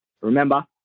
Remember